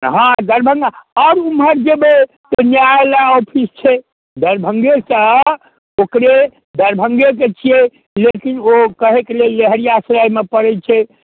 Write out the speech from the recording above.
हँ दरभङ्गा आओर ओमहर जेबै तऽ न्यायालय ऑफिस छै दरभङ्गेसँ ओकरे दरभङ्गेके छियै लेकिन ओ कहैक लेल लेहेरियासरायमे पड़ै छै